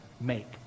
Make